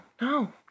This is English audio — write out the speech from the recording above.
no